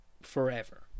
forever